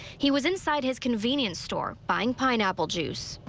he was inside his convenience store buying pineapple juice.